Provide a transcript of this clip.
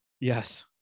Yes